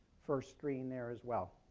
first screen there as well.